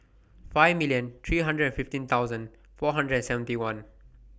five million three hundred and fifteen thousand four hundred and seventy one